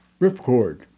ripcord